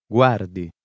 Guardi